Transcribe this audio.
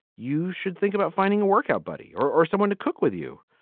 you should think about finding a workout buddy or someone to cook with you,